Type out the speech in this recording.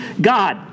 god